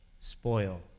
spoil